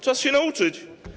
Czas się nauczyć.